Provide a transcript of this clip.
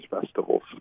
festivals